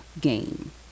game